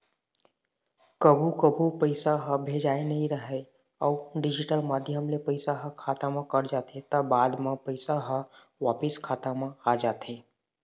कभू कभू पइसा ह भेजाए नइ राहय अउ डिजिटल माध्यम ले पइसा ह खाता म कट जाथे त बाद म पइसा ह वापिस खाता म आ जाथे